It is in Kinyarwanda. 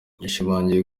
yashimangiye